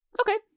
Okay